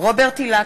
רוברט אילטוב,